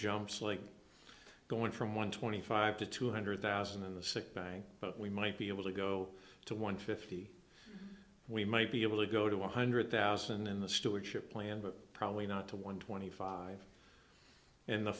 jumps like going from one twenty five to two hundred thousand in the six banks but we might be able to go to one fifty we might be able to go to one hundred thousand in the stewardship plan but probably not to one twenty five and